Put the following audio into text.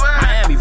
Miami